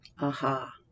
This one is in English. Aha